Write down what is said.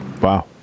wow